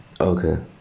Okay